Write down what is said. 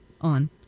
on